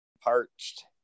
parched